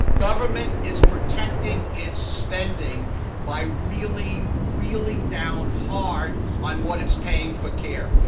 government is protecting its spending by really reeling down hard on what it's paying for care.